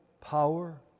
power